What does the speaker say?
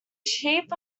sheep